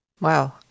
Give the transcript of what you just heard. Wow